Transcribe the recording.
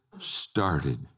started